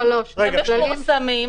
הם כן מפורסמים.